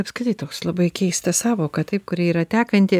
apskritai toks labai keista sąvoka taip kuri yra tekanti